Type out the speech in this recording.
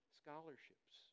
scholarships